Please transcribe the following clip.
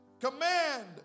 Command